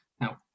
now